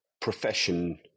profession